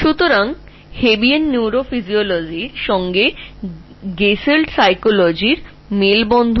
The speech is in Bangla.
সুতরাং এটি কি gestalt psychology আর সেল অ্যাসেমব্লিসহ Hebbian Neurophysiology র মধ্যে একটি বন্ধন